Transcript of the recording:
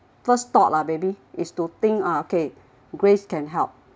first thought lah maybe is to think ah okay grace can help